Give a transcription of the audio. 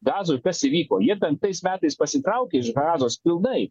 gazoj kas įvyko jie penktais metais pasitraukė iš gazos pilnai